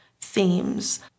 themes